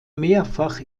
mehrfach